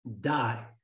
die